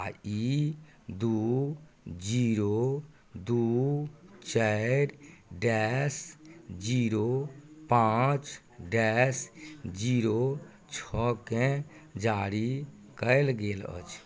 आ ई दू जीरो दू चारि डैश जीरो पाँच डैश जीरो छओकेँ जारी कयल गेल अछि